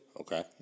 Okay